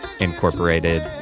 incorporated